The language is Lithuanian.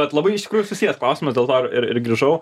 vat labai iš tikrųjų susijęs klausimas dėl to ir ir grįžau